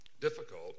difficult